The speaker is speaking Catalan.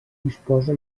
disposa